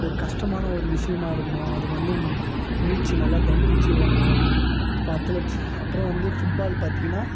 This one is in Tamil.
ஒரு கஷ்டமான ஒரு விஷயமாக இருக்கணும் அதுக்கு வந்து மூச்சு நல்லா தம்புச்சு ஓடணும் அப்போ அத்தலெட்ஸ் அப்புறம் வந்து ஃபுட்பால் பார்த்தீங்கன்னா